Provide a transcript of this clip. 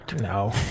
No